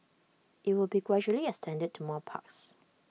IT will be gradually extended to more parks